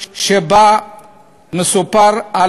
שבה מסופר על